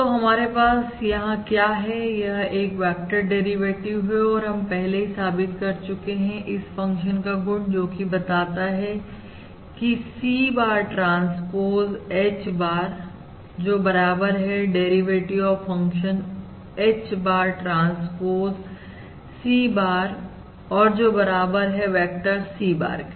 तो हमारे पास यहां क्या है यह एक वेक्टर डेरिवेटिव है और हम पहले ही साबित कर चुके हैं इस फंक्शन का गुण जोकि बताता है की C bar transpose H bar जो बराबर है derivative of function H bar transpose C barऔर जो बराबर है वेक्टर C bar के